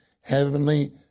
heavenly